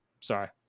Sorry